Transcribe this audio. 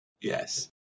Yes